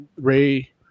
Ray